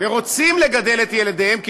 ורוצים לגדל את ילדיהם כיהודים,